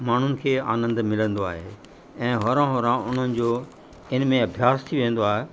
माण्हुनि खे आनंदु मिलंदो आहे ऐं होरो होरो उन्हनि जो इन में अभ्यास थी वेंदो आहे